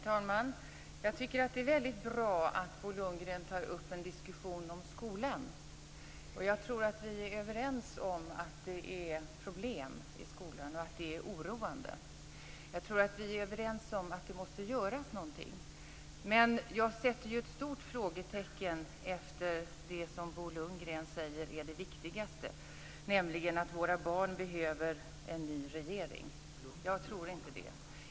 Herr talman! Jag tycker att det är väldigt bra att Bo Lundgren tar upp en diskussion om skolan. Jag tror att vi är överens om att det är problem i skolan och att detta är oroande. Jag tror att vi är överens om att någonting måste göras. Men jag sätter ett stort frågetecken för det som Bo Lundgren säger är det viktigaste, nämligen att våra barn behöver en ny regering. Jag tror inte det.